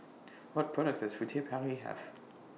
What products Does Furtere Paris Have